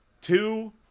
Two